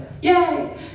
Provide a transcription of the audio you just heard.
Yay